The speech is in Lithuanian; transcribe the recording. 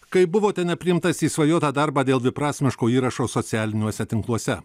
kai buvote nepriimtas į išsvajotą darbą dėl dviprasmiško įrašo socialiniuose tinkluose